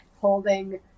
holding